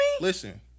Listen